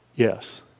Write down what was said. Yes